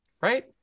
right